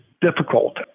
difficult